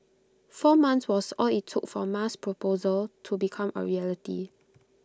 four months was all IT took for Ma's proposal to become A reality